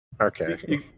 Okay